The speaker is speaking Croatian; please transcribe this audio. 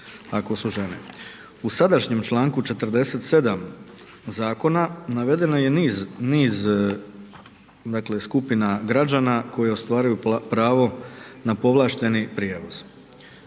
U sadašnjem članku 47. zakona, navedeno je niz supina građana koji ostvaruju pravo na povlašteni prijevoz.